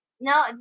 No